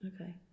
Okay